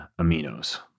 Aminos